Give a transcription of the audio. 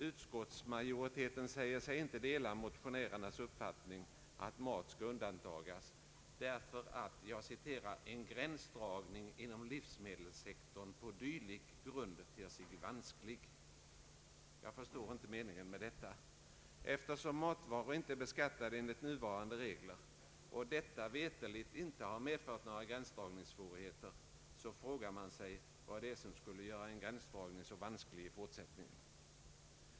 Utskottsmajoriteten säger sig inte dela motionärernas uppfattning att mat skall undantagas, därför att ”en gränsdragning inom livsmedelssektorn på dylik grund ter sig vansklig”. Jag förstår inte meningen med detta. Eftersom matvaror inte är beskattade enligt nuvarande regler och detta veterligt inte har medfört några gränsdragningssvårigheter frågar man sig vad det är som skulle göra en gränsdragning så vansklig i fortsättningen.